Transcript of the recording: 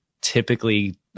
typically